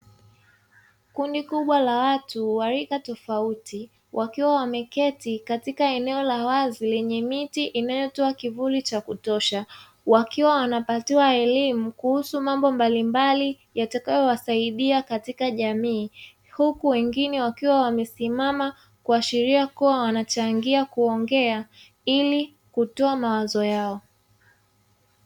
Kundi kubwa la watu wa rika tofauti, wakiwa wameketi katika eneo la wazi lenye miti inayotoa kivuli cha kutosha, wakiwa wanapatiwa elimu kuhusu mambo mbalimbali yatakayowasaidia katika jamii, huku wengine wakiwa wamesimama, kuashiria kuwa wanachangia kuongea ili kutoa mawazo yao.